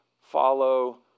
follow